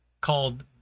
called